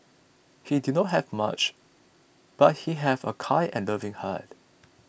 he did not have much but he have a kind and loving heart